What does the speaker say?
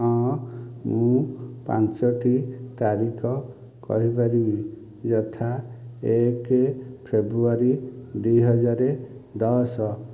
ହଁ ମୁଁ ପାଞ୍ଚୋଟି ତାରିଖ କହିପାରିବି ଯଥା ଏକ ଫେବୃୟାରୀ ଦୁଇ ହଜାର ଦଶ